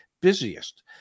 busiest